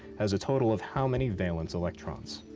has a total of how many valence electrons?